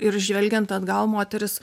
ir žvelgiant atgal moterys